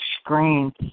screen